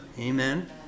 Amen